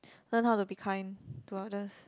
learn how to be kind to others